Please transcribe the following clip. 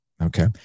Okay